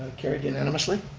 carried unanimously.